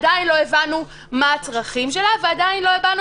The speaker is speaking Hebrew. עדיין לא הבנו מה הם הצרכים שלה ועדיין לא הבענו